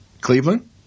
Cleveland